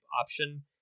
option